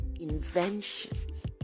inventions